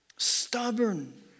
stubborn